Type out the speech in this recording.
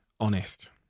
honest